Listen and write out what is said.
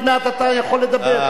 עוד מעט אתה יכול לדבר.